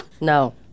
No